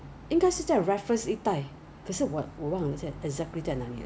they they don't know whether it's like community or the community 是我们自己懂 eh